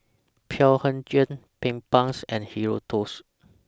Blephagel Bedpans and Hirudoid's